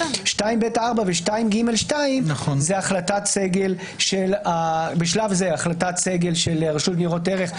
2ב(4) ו-2ג(2) בשלב זה החלטת סגל של רשות ניירות ערך,